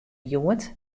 hjoed